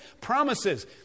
promises